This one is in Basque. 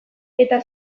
eta